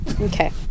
Okay